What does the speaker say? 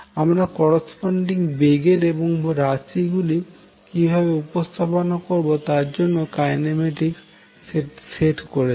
আমরা করস্পন্ডিং বেগের এবং রাশি গুলি কিভাবে উপস্থাপন করবো তার জন্য কাইনেমেটিক্স সেট করেছি